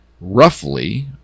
roughly